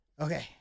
Okay